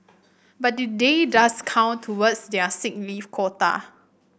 but the day does count towards their sick leave quota